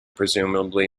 presumably